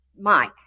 Mike